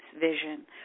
vision